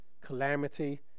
calamity